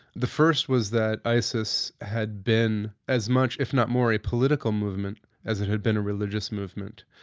the first was that isis had been as much, if not more, a political movement as it had been a religious movement.